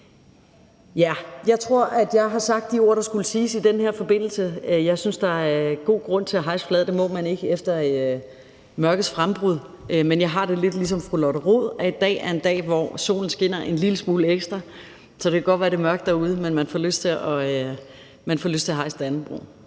Jeg tror, at jeg har sagt de ord, der skulle siges i den her forbindelse. Jeg synes, at der er god grund til at hejse flaget. Det må man ikke efter mørkets frembrud, men jeg har det lidt ligesom fru Lotte Rod, at i dag er en dag, hvor solen skinner en lille smule ekstra. Så det kan godt være, at det er mørkt derude, men man får lyst til at hejse Dannebrog.